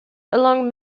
along